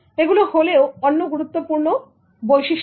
এগুলো হলেও অন্য গুরুত্বপূর্ণ বৈশিষ্ট্য